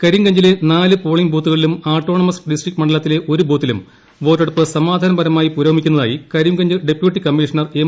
കരിംഗഞ്ചിലെ നാല് പോളിംഗ് ബൂത്തുകളിലും autonomous district മണ്ഡലത്തിലെ ഒരു ബൂത്തിലും വോട്ടെടുപ്പ് സമാധാനപരമായി പുരോഗമിക്കുന്നതായി കരിംഗഞ്ച് ഡപ്യൂട്ടി കമ്മീഷണർ എം